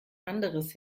anderes